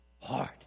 heart